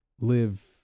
live